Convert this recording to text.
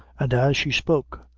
and, as she spoke,